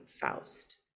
faust